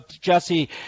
Jesse